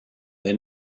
they